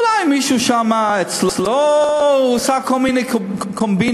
אולי מישהו שם אצלו עשה כל מיני קומבינות,